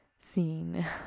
scene